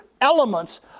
elements